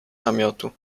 namiotu